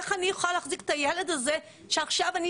איך אני יכולה להחזיק את הילד הזה שעכשיו אני